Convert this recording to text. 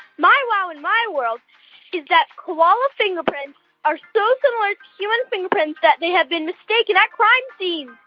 my wow in my world is that koalas' fingerprints are so similar to human fingerprints that they have been mistaken at crime scenes.